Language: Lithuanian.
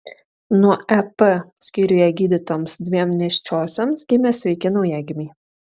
nuo ep skyriuje gydytoms dviem nėščiosioms gimė sveiki naujagimiai